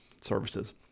services